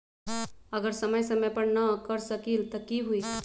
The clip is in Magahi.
अगर समय समय पर न कर सकील त कि हुई?